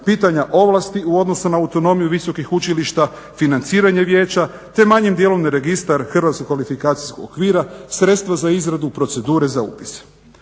pitanja ovlasti u odnosu na autonomiju visokih učilišta, financiranje vijeća te manjim dijelom registar hrvatskog kvalifikacijskog okvir, sredstva za izradu procedure za upis.